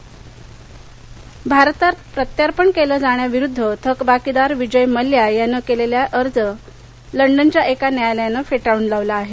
मल्ल्या भारतात प्रत्यार्पण केलं जाण्याविरुद्ध थकबाकीदार विजय मल्ल्या यानं केलेला अर्ज लंडनच्या एका न्यायालयानं फेटाळून लावला आहे